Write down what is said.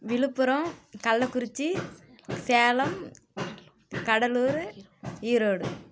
Villupuram Kallakurichi Salem Cuddalore Erode